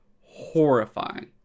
horrifying